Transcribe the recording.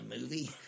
movie